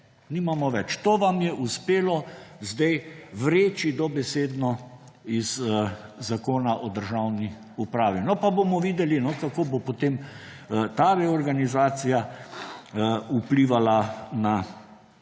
To vam je uspelo zdaj vreči dobesedno iz Zakona o državni upravi. No, pa bomo videli no, kako bo potem ta reorganizacija vplivala na